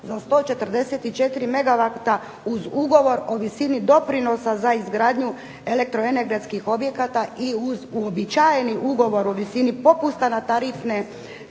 za 144 megawata uz ugovor o visini doprinosa za izgradnju elektroenergetskih objekata i uz uobičajeni ugovor o visini popusta na tarifne